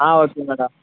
ah okay madam